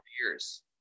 years